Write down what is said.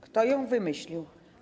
Kto ją wymyślił?